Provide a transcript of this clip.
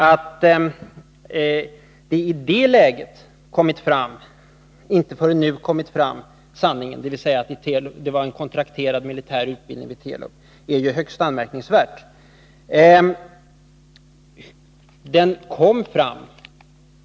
Att sanningen inte kommit fram förrän nu — att det var fråga om en kontrakterad militär utbildning vid Telub — är högst anmärkningsvärt. Men sanningen kom fram!